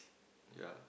yea